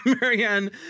Marianne